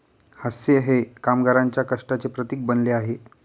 हास्य हे कामगारांच्या कष्टाचे प्रतीक बनले आहे